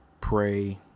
pray